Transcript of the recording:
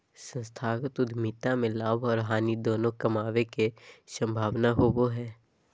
संस्थागत उद्यमिता में लाभ आर हानि दोनों कमाबे के संभावना होबो हय